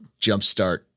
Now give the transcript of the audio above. jumpstart